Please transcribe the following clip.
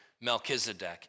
Melchizedek